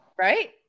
Right